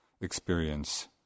experience